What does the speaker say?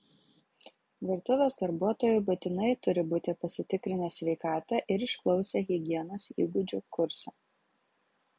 virtuvės darbuotojai būtinai turi būti pasitikrinę sveikatą ir išklausę higienos įgūdžių kursą